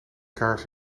kaars